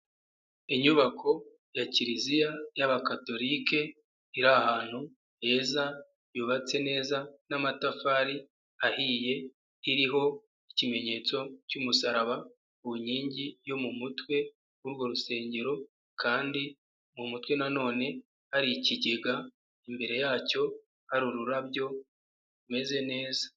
Inyubako ya kiliziya y'abakatolike, iri ahantu heza yubatse neza n'amatafari ahiye iriho ikimenyetso cy'umusaraba ku nkingi yo mu mutwe w'urwo rusengero, kandi mu mutwe nanone hari ikigega ,imbere yacyo hari ururabyo rumeze neza.